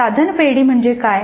साधन पेढी म्हणजे काय